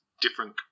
different